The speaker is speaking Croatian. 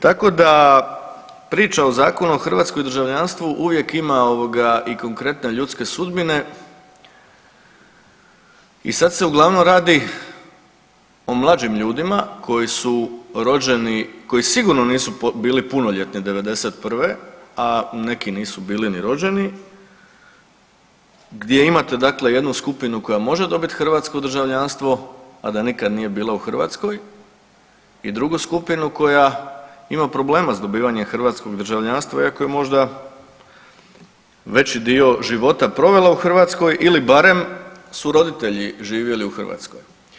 Tako da priča o Zakonu o hrvatskom državljanstvu uvijek ima ovoga i konkretne ljudske sudbine i sad se uglavnom radi o mlađim ljudima koji su rođeni, koji sigurno nisu bili punoljetni '91., a neki nisu bili ni rođeni gdje imate dakle jednu skupinu koja može dobiti hrvatsko državljanstvo, a da nikada nije bila u Hrvatskoj i drugu skupinu koja ima problema s dobivanjem hrvatskog državljanstva iako je možda veći dio života provela u Hrvatskoj ili barem su roditelji živjeli u Hrvatskoj.